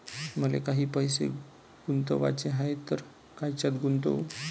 मले काही पैसे गुंतवाचे हाय तर कायच्यात गुंतवू?